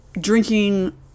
drinking